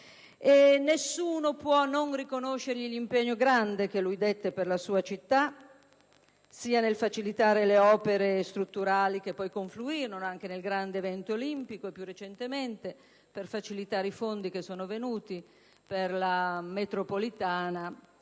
Nessuno può non riconoscergli l'impegno grande che lui profuse per la sua città, sia nel facilitare le opere strutturali che poi confluirono nel grande evento olimpico e, più recentemente, per facilitare l'afflusso dei fondi per la metropolitana